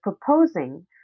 proposing